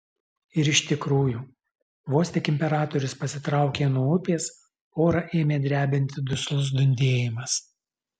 ir iš tikrųjų vos tik imperatorius pasitraukė nuo upės orą ėmė drebinti duslus dundėjimas